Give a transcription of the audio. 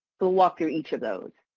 we'll walk through each of those.